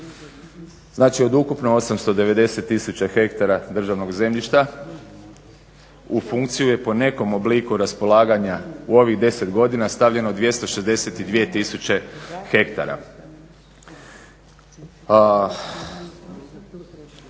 Znači od ukupno 890 tisuća hektara državnog zemljišta u funkciji je po nekom obliku raspolaganja u ovih 10 godina stavljeno 262 tisuće hektara.